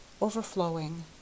overflowing